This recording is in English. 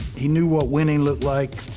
he knew what winning looked like.